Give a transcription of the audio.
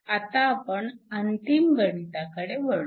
आता आपण अंतिम गणिताकडे वळू